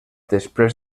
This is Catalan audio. després